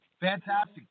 Fantastic